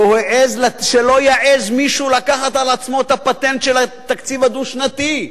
שלא יעז מישהו לקחת לעצמו את הפטנט של התקציב הדו-שנתי.